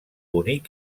bonic